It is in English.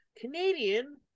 Canadian